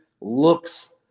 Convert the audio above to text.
looks